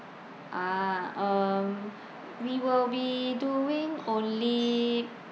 ah um we will be doing only